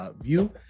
view